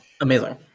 Amazing